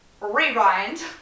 rewind